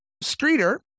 Streeter